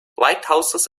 lighthouses